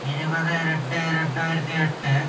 ഇരുപത് രണ്ട് രണ്ടായിരത്തി എട്ട്